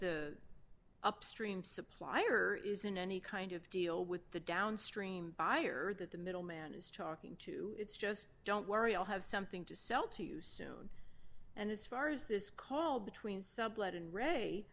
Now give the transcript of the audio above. the upstream supplier isn't any kind of deal with the downstream buyer that the middleman is talking to it's just don't worry i'll have something to sell to you soon and as far as this call between sublet and r